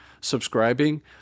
subscribing